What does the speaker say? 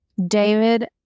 David